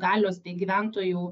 galios bei gyventojų